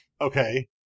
Okay